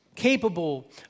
Capable